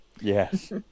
Yes